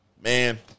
man